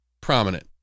prominent